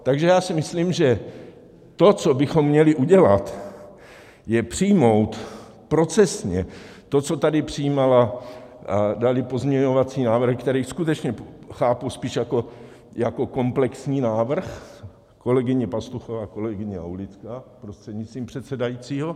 Takže já si myslím, že to, co bychom měli udělat, je přijmout procesně to, co tady přijímala... daly pozměňovací návrhy, které skutečně chápu spíš jako komplexní návrh, kolegyně Pastuchová a kolegyně Aulická, prostřednictvím předsedajícího.